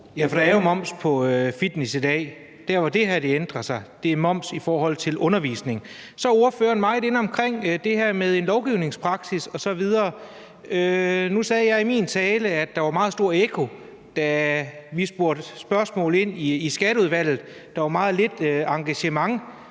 der er jo moms på fitness i dag. Det, som det her ændrer, er moms på undervisning. Så er ordføreren meget inde på det her med lovgivningspraksis osv. Nu sagde jeg i min tale, at der var meget stort ekko, da vi stillede spørgsmål i Skatteudvalget – der var meget lidt engagement.